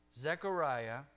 Zechariah